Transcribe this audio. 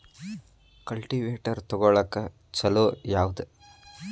Cultivator ತೊಗೊಳಕ್ಕ ಛಲೋ ಯಾವದ?